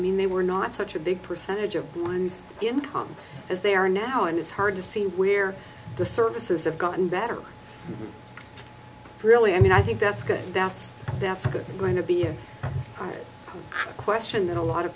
mean they were not such a big percentage of mine income as they are now and it's hard to see where the services have gotten better really i mean i think that's good that's that's good going to be a question that a lot